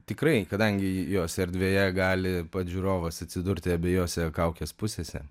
tikrai kadangi jos erdvėje gali pats žiūrovas atsidurti abejose kaukės pusėse